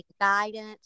guidance